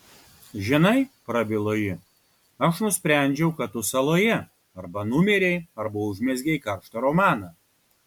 žinai prabilo ji aš nusprendžiau kad tu saloje arba numirei arba užmezgei karštą romaną